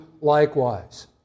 likewise